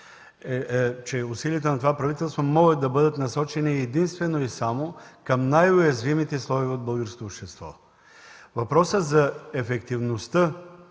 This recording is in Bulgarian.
от предишното правителство бюджет, могат да бъдат насочени единствено и само към най-уязвимите съсловия от българското общество. Въпросът за ефективността